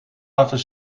laten